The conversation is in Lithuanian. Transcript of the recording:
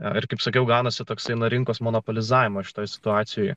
ar kaip sakiau ganosi toksiną rinkos monopolizavimo šitoje situacijoje